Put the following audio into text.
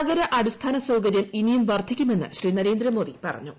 നഗര അടിസ്ഥാന സൌകര്യം ഇനിയും വർദ്ധിക്കുമെന്ന് ശ്രീ നരേന്ദ്രമോദി പറഞ്ഞു